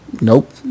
nope